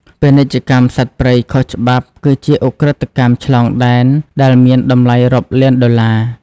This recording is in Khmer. ពាណិជ្ជកម្មសត្វព្រៃខុសច្បាប់គឺជាឧក្រិដ្ឋកម្មឆ្លងដែនដែលមានតម្លៃរាប់លានដុល្លារ។